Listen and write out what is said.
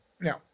Now